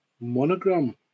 monogram